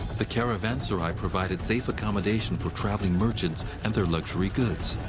the caravanserai provided safe accommodation for traveling merchants and their luxury goods.